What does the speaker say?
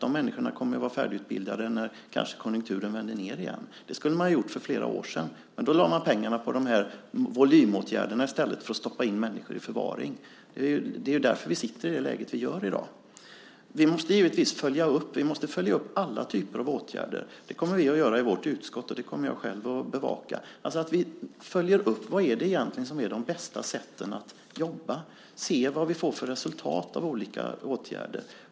De människorna kommer att vara färdigutbildade när konjunkturen kanske vänder nedåt igen. Det skulle man ha gjort för flera år sedan, men då lade man i stället pengarna på volymåtgärderna och stoppade in människor i förvaring. Det är därför vi har det läge vi har i dag. Vi måste givetvis följa upp alla typer av åtgärder. Det kommer vi att göra i vårt utskott, och jag kommer själv att bevaka det. Vi följer upp detta för att se vad som är det bästa sättet att jobba och vad vi får för resultat av olika åtgärder.